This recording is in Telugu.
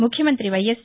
ముఖ్యమంత్రి వైఎస్